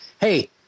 hey